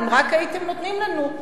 אם רק הייתם נותנים לנו,